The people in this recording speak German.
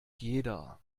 jeder